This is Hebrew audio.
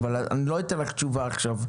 אני לא אתן לך תשובה עכשיו,